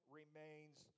remains